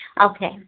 Okay